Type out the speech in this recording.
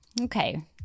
okay